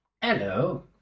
Hello